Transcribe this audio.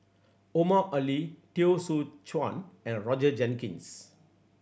Omar Ali Teo Soon Chuan and Roger Jenkins